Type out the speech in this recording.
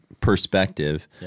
perspective